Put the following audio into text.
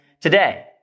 today